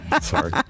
Sorry